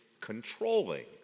controlling